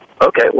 okay